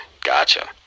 gotcha